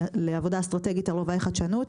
לעבודה אסטרטגית לרובעי חדשנות.